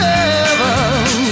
heaven